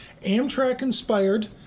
Amtrak-inspired